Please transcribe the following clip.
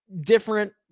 different